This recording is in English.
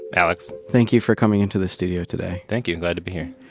alex. thank you for coming into the studio today. thank you, glad to be here.